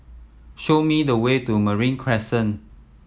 show me the way to Marine Crescent